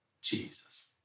Jesus